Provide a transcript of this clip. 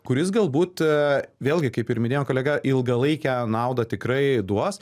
kuris galbūt a vėlgi kaip ir minėjo kolega ilgalaikę naudą tikrai duos